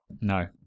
no